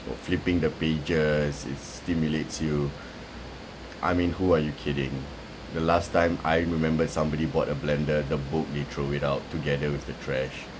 oh flipping the pages it stimulates you I mean who are you kidding the last time I remembered somebody bought a blender the book they throw it out together with the trash